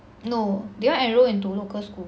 no they want enroll into local school